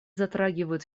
затрагивают